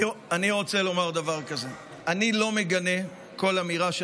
אני רוצה לומר דבר כזה: אני לא מגנה כל אמירה של